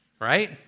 Right